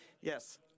Yes